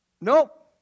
Nope